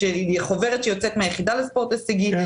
חוברת שיוצאת מהיחידה לספורט הישגי,